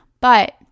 but-